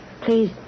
Please